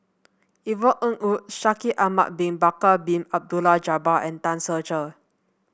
Yvonne Ng Uhde Shaikh Ahmad Bin Bakar Bin Abdullah Jabbar and Tan Ser Cher